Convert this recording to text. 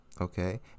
Okay